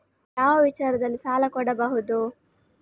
ಯಾವ ವಿಚಾರದಲ್ಲಿ ಸಾಲ ಕೊಡಬಹುದು?